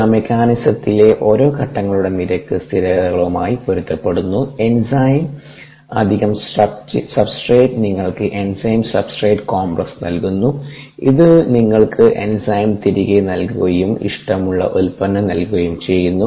ഇവ മെക്കാനിസത്തിലെ ഓരോ ഘട്ടങ്ങളുടെ നിരക്ക് സ്ഥിരതകളുമായി പൊരുത്തപ്പെടുന്നു എൻസൈം അധികം സബ്സ്ട്രേറ്റ് നിങ്ങൾക്ക് എൻസൈം സബ്സ്റ്റേറ്റ് കോംപ്ലക്സ് നൽകുന്നു ഇത് നിങ്ങൾക്ക് എൻസൈം തിരികെ നൽകുകയും ഇഷ്ടമുള്ള ഉൽപ്പന്നം നൽകുകയും ചെയ്യുന്നു